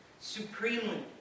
Supremely